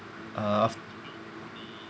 uh